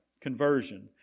conversion